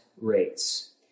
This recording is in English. rates